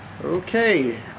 Okay